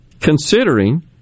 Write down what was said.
considering